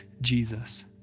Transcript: Jesus